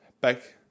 back